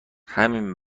همین